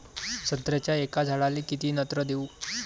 संत्र्याच्या एका झाडाले किती नत्र देऊ?